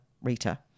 Rita